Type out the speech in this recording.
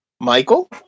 Michael